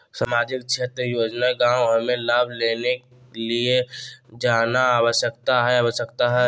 सामाजिक क्षेत्र योजना गांव हमें लाभ लेने के लिए जाना आवश्यकता है आवश्यकता है?